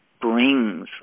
brings